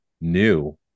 new